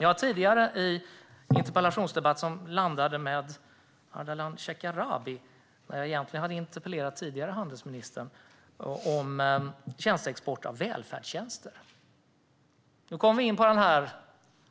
Jag har tidigare haft en interpellationsdebatt med Ardalan Shekarabi, när jag hade interpellerat tidigare handelsministern, om export av välfärdstjänster. Nu kommer vi in på den